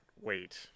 wait